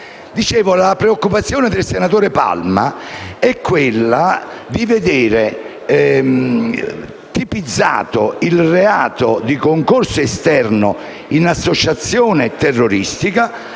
la preoccupazione del collega è quella di vedere tipizzato il reato di concorso esterno in associazione terroristica,